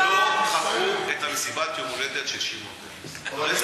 מדוע לא חקרו את מסיבת יום ההולדת של שמעון פרס?